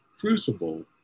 crucible